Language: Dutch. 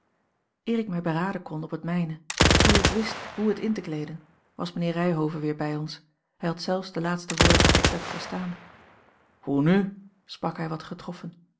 ik mij beraden kon op het mijne eer ik wist hoe het in te kleeden was mijnheer ryhove weer bij ons hij had zelfs de laatste woorden van eckbert verstaan hoe n sprak hij wat getroffen